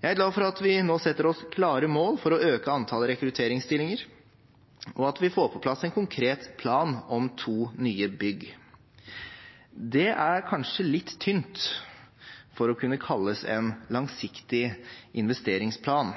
Jeg er glad for at vi nå setter oss klare mål for å øke antallet rekrutteringsstillinger, og for at vi får på plass en konkret plan om to nye bygg. Det er kanskje litt tynt til å kunne kalles en langsiktig investeringsplan,